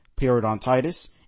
periodontitis